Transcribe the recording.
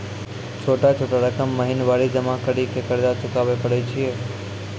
छोटा छोटा रकम महीनवारी जमा करि के कर्जा चुकाबै परए छियै?